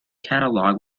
catalogue